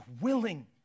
willing